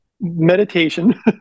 meditation